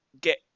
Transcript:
get